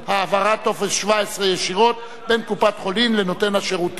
העברת טופס 17 ישירות בין קופת-חולים לנותן שירותים).